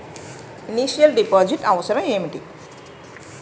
Initial deposit అవసరం ఏమిటి?